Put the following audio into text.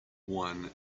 one